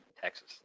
Texas